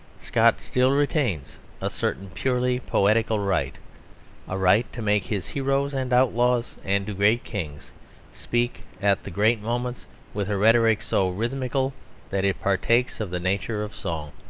scott still retains a certain purely poetical right a right to make his heroes and outlaws and great kings speak at the great moments with a rhetoric so rhythmical that it partakes of the nature of song,